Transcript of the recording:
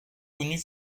connus